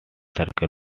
circle